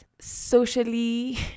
socially